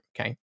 okay